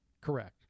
Correct